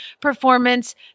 performance